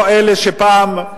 לא אלה שפעם,